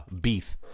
beef